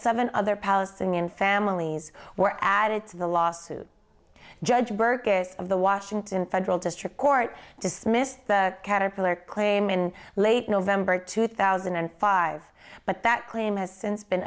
seven other palestinian families were added to the lawsuit judge berkus of the washington federal district court dismissed the caterpiller claim in late november two thousand and five but that claim has since been